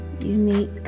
Unique